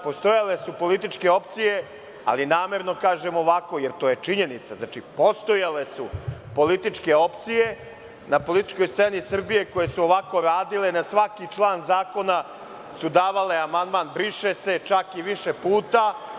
Postojale su političke opcije, ali namerno kažem ovako jer je to činjenica, dakle, postojale su političke opcije na političkoj sceni Srbije koje su ovako radile, na svaki član zakona su davale amandman – briše se, čak i više puta.